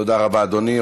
תודה רבה, אדוני.